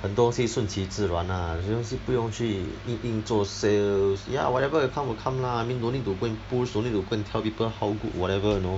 很多东西顺其自然 lah 有些东西不用去硬硬做 sales ya whatever you will come will come lah I mean no need to go and push don't need to go and tell good whatever you know